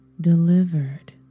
delivered